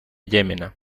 llémena